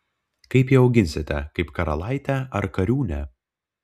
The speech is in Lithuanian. kaip ją auginsite kaip karalaitę ar kariūnę